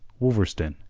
wolverstone,